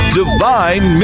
divine